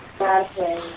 Okay